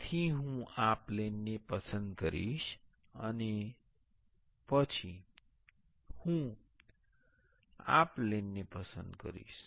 તેથી હું આ પ્લેનને પસંદ કરીશ અને પછી હું આ પ્લેનને પસંદ કરીશ